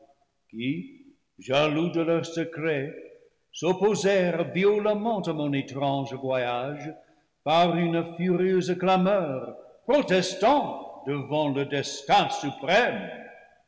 qui jaloux de leurs secrets s'opposèrent violemment à mon étrange voyage par une fu rieuse clameur protestant devant le destin suprême